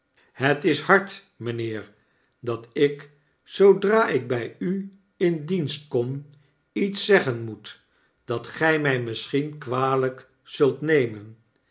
het is hard mijnheer dat ik zoodra ik by u in dienst kom iets zeggen moet dat gymy misschien kwalyk zult nemen